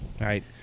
right